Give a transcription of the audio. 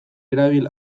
erabili